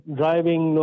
driving